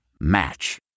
Match